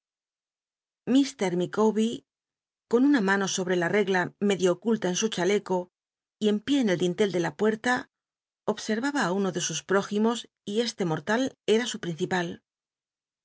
iir micawber con una mano sobre la regla medio oculta en su chaleco y en pié en el dintel de la puerta observaba uno de sus mijimos y este mortal era su principal